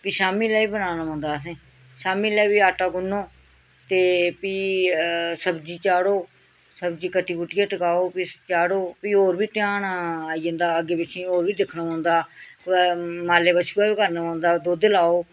फ्ही शामी बेल्लै बी बनाना पौंदा असेंई शामी बेल्लै बी फ्ही आटा गुन्नो ते फ्ही सब्ज़ी चाढ़ो सब्ड़ी कट्टी कुट्टियै टकाओ फ्ही चाढ़ो फ्ही होर बी ध्यान आई जंदा अग्गें पिच्छें ओह् बी दिक्खना पौंदा कुदै माले बच्छें दा बी करना पौंदा दुद्ध लाओ